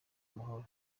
amahoro